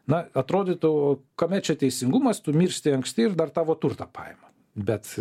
na atrodytų kame čia teisingumas tu miršti anksti ir dar tavo turtą paima bet